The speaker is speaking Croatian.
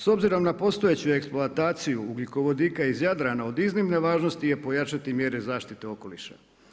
S obzirom na postojeću eksploataciju ugljikovodika iz Jadrana od iznimne važnosti je pojačati mjere zaštite okoliša.